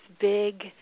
big